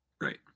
Right